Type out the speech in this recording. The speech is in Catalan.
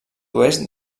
oest